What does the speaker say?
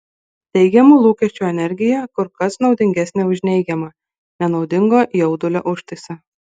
teigiamų lūkesčių energija kur kas naudingesnė už neigiamą nenaudingo jaudulio užtaisą